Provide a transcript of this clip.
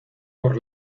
por